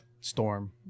storm